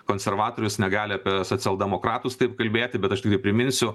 konservatorius negali apie socialdemokratus taip kalbėti bet aš tiktai priminsiu